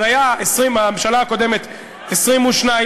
אז היו בממשלה הקודמת 22,